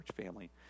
family